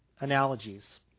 analogies